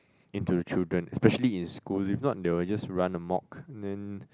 into the children especially in school if not they will just run amok then